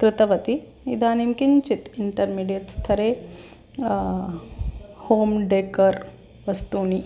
कृतवती इदानीं किञ्चित् इण्टर्मीडियट् स्तरे होम् डेकर् वस्तूनि